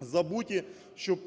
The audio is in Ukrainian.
забуті, щоб